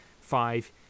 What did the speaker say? five